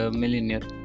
millionaire